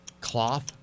cloth